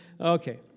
Okay